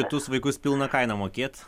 kitus vaikus pilną kainą mokėt